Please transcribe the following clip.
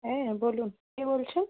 হ্যাঁ বলুন কে বলছেন